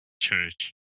Church